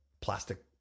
plastic